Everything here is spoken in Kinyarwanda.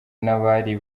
n’abari